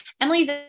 Emily's